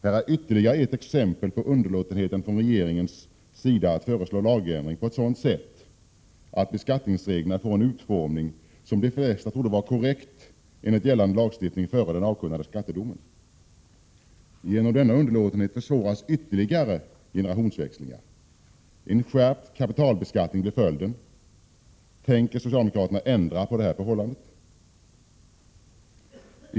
Det är ytterligare ett exempel på underlåtenheten från regeringens sida att föreslå en sådan lagändring att beskattningsreglerna får en utformning som de flesta före den avkunnade skattedomen trodde var korrekt enligt gällande lagstiftning. Genom denna underlåtenhet försvåras ytterligare generationsväxlingar. En skärpt kapitalbeskattning blir följden. Tänker socialdemokraterna ändra på detta förhållande?